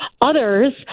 Others